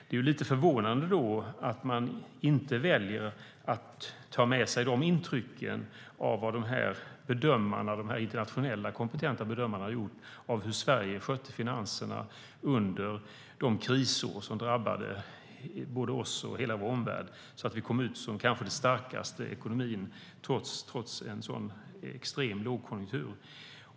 Det är därför lite förvånande att man inte väljer att ta med sig dessa internationella, kompetenta bedömares intryck av hur Sverige skötte finanserna under de krisår som drabbade både oss och hela vår omvärld. Vi kom ut som den kanske starkaste ekonomin trots en så extrem lågkonjunktur.